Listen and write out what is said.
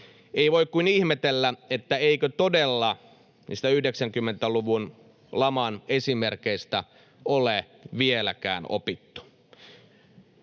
Ei voi kuin ihmetellä, eikö todella niistä 90-luvun laman esimerkeistä ole vieläkään opittu.